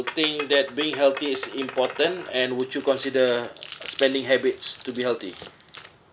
think that being healthy is important and would you consider spending habits to be healthy